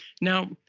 Now